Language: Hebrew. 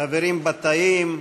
חברים בתאים,